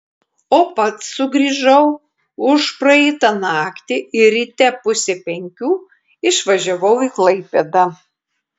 o pats sugrįžau užpraeitą naktį ir ryte pusę penkių išvažiavau į klaipėdą